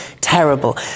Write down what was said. terrible